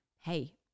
hey